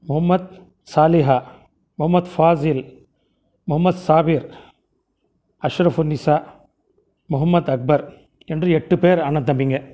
முகமத் சாலிஹா முகமத் ஃபாசில் முகமத் சாவீர் அஷ்ரஃபுநிஷா முகமத் அக்பர் என்று எட்டு பேர் அண்ணன் தம்பிங்கள்